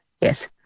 yes